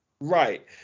Right